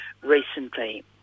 recently